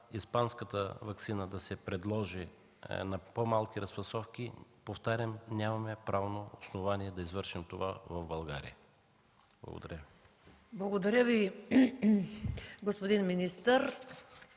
испанската ваксина да се предложи на по-малки разфасовки, повтарям, нямаме правно основание да извършим това в България. Благодаря. ПРЕДСЕДАТЕЛ МАЯ МАНОЛОВА: Благодаря Ви, господин министър.